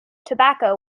tobacco